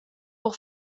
wol